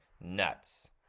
nuts